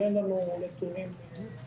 אבל אין לנו נתונים כאלה.